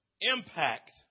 impact